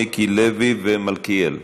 מיקי לוי ומלכיאלי.